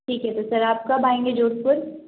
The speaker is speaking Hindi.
ठीक है तो सर आप कब आएंगे जोधपुर